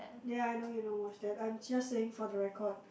ya I know you don't watch that I'm just saying for the record